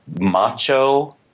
macho